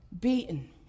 beaten